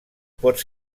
pot